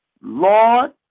Lord